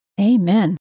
Amen